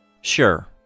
Sure